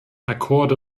akkorde